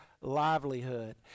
livelihood